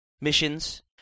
missions